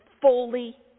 fully